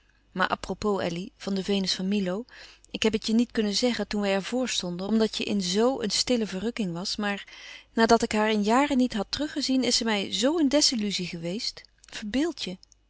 maar à-propos elly van de venus van milo ik heb je het niet kunnen zeggen toen wij er voor stonden omdat je in zoo een stille verrukking was maar nadat ik haar in jaren niet had terug gezien is ze mij zo een desilluzie geweest